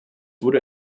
wurde